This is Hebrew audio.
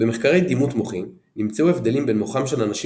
במחקרי דימות מוחי נמצאו הבדלים בין מוחם של אנשים